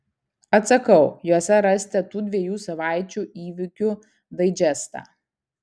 atsakau jose rasite tų dviejų savaičių įvykių daidžestą